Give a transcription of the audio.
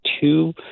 two